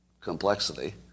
complexity